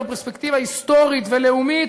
בפרספקטיבה היסטורית ולאומית,